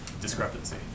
discrepancy